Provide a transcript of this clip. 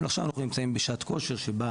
אבל עכשיו אנחנו נמצאים בשער כושר שבה